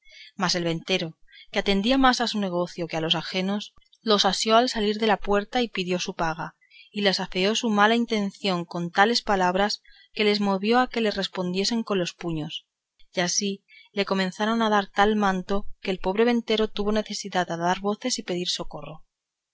mas el ventero que atendía más a su negocio que a los ajenos les asió al salir de la puerta y pidió su paga y les afeó su mala intención con tales palabras que les movió a que le respondiesen con los puños y así le comenzaron a dar tal mano que el pobre ventero tuvo necesidad de dar voces y pedir socorro